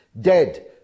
dead